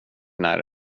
när